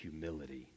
humility